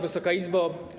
Wysoka Izbo!